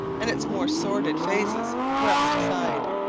and its more sordid phases thrust aside.